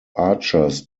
archers